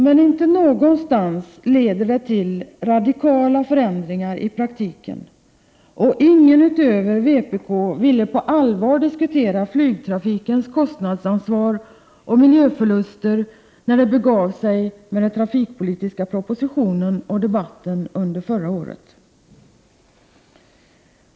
Men inte någonstans leder detta till radikala förändringar i praktiken, och ingen utöver vpk ville på allvar diskutera flygtrafikens kostnadsansvar och miljöförluster, när det begav sig med den trafikpolitiska propositionen och debatten under förra året.